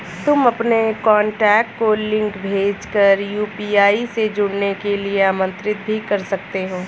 तुम अपने कॉन्टैक्ट को लिंक भेज कर यू.पी.आई से जुड़ने के लिए आमंत्रित भी कर सकते हो